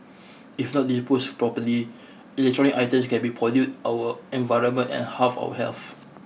if not disposed properly electronic items can be pollute our environment and harm our health